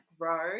grow